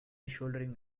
soldering